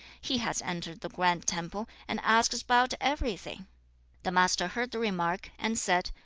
he has entered the grand temple and asks about everything the master heard the remark, and said,